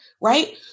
right